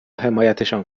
حمایتشان